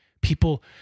people